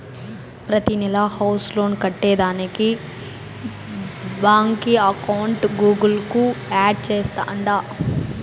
ప్రతినెలా house loan కట్టేదానికి బాంకీ అకౌంట్ గూగుల్ కు యాడ్ చేస్తాండా